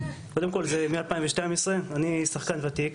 קודם כל, זה מ-2012, אני שחקן ותיק.